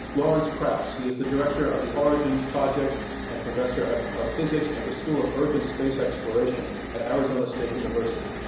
lawrence krauss. he is the director of the origins project and professor of of physics at the school of earth and space exploration at arizona state university.